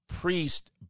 priest